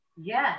Yes